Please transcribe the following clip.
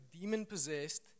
demon-possessed